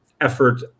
effort